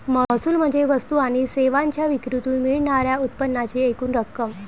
महसूल म्हणजे वस्तू आणि सेवांच्या विक्रीतून मिळणार्या उत्पन्नाची एकूण रक्कम